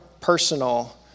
personal